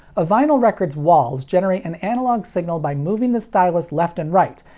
a vinyl record's walls generate an analog signal by moving the stylus left and right.